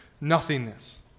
nothingness